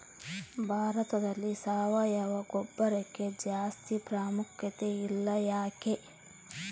ಭಾರತದಲ್ಲಿ ಸಾವಯವ ಗೊಬ್ಬರಕ್ಕೆ ಜಾಸ್ತಿ ಪ್ರಾಮುಖ್ಯತೆ ಇಲ್ಲ ಯಾಕೆ?